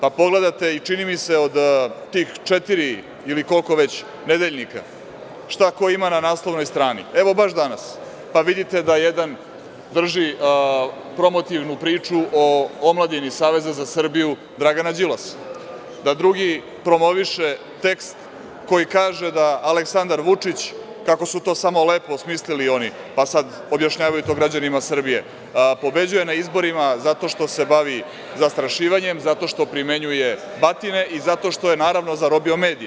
Pogledate i, čini mi se, od tih četiri ili koliko već nedeljnika šta ko ima na naslovnoj strani, evo, baš danas, pa vidite da jedan drži promotivnu priču o omladini Saveza za Srbiju Dragana Đilasa, da drugi promoviše tekst koji kaže da Aleksandar Vučić, kako su to samo lepo smislili oni, pa sad objašnjavaju to građanima Srbije, pobeđuje na izborima zato što se bavi zastrašivanjem, zato što primenjuje batine i zato što je, naravno, zarobio medije.